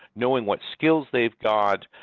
knowing what skills they've got,